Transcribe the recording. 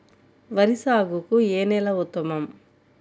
వరి సాగుకు ఏ నేల ఉత్తమం?